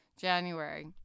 January